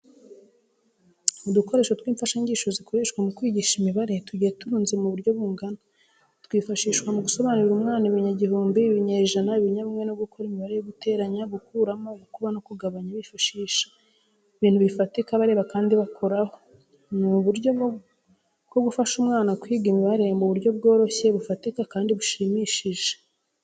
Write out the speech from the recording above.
Udukoresho tw'imfashanyigisho zikoreshwa mu kwigisha imibare tugiye turunze mu butyo bungana, twifashishwa mu gusobanurira umwana ibinyagihumbi, ibinyejana, ibinyabumwe no gukora imibare yo guteranya, gukuraho, gukuba no kugabanya bifashishije ibintu bifatika bareba kandi bakoraho. Ni uburyo bwo gufasha umwana kwiga imibare mu buryo bworoshye, bufatika kandi bushimishije.